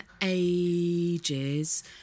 ages